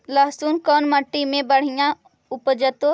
लहसुन कोन मट्टी मे बढ़िया उपजतै?